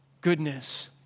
goodness